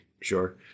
sure